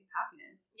happiness